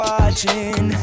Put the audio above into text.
watching